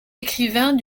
écrivains